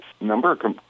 number